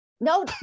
No